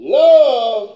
love